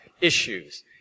issues